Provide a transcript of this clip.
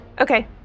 Okay